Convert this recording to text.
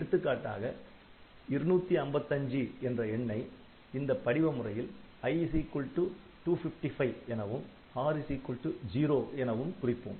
எடுத்துக்காட்டாக 255 என்ற எண்ணை இந்த படிவ முறையில் i 255 எனவும் r 0 எனவும் குறிப்போம்